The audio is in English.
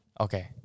Okay